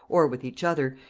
or with each other,